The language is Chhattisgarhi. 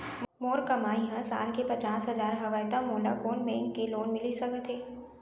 मोर कमाई ह साल के पचास हजार हवय त मोला कोन बैंक के लोन मिलिस सकथे?